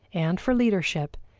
and for leadership,